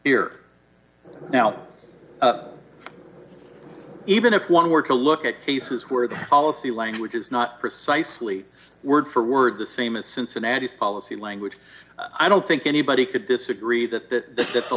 here now even if one were to look at cases where the policy language is not precisely word for word the same as cincinnati policy language i don't think anybody could disagree that th